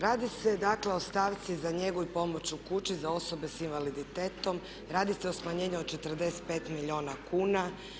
Radi se dakle o stavci za njegu i pomoć u kući za osobe sa invaliditetom, radi se o smanjenju od 45 milijuna kuna.